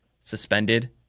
suspended